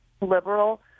liberal